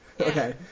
Okay